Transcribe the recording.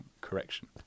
Correction